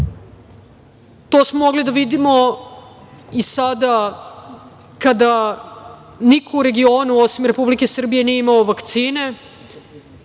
smo mogli da vidimo i sada kada niko u regionu, osim Republike Srbije, nije imao vakcine,